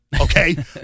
okay